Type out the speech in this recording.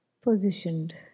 positioned